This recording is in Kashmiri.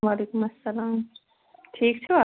وعلیکُم اسلام ٹھیٖک چھُوا